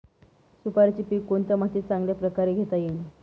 सुपारीचे पीक कोणत्या मातीत चांगल्या प्रकारे घेता येईल?